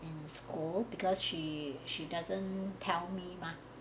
in school because she she doesn't tell me mah